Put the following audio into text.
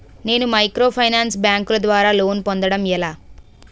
నేను మైక్రోఫైనాన్స్ బ్యాంకుల ద్వారా లోన్ పొందడం ఎలా?